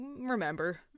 remember